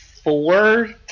Four